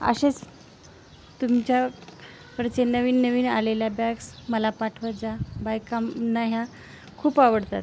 असेशेच तुमच्याकडचे नवीन नवीन आलेल्या बॅग्स मला पाठवत जा बायकामुलांना ह्या खूप आवडतात